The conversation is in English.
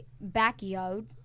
backyard